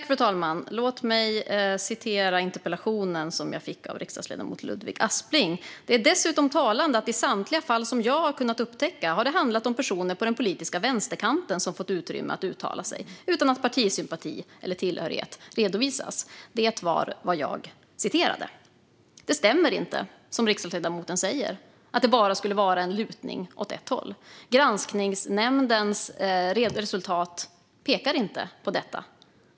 Fru talman! Låt mig citera interpellationen som jag fick av riksdagsledamoten Ludvig Aspling. Han skriver: "Det är dessutom talande att i samtliga fall som jag kunnat upptäcka har det handlat om personer på den politiska vänsterkanten som fått utrymme att uttala sig utan att partisympati eller tillhörighet redovisas -." Det som riksdagsledamoten säger om att det skulle vara en lutning bara åt ett håll stämmer inte. Granskningsnämndens resultat pekar inte på detta.